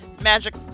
magic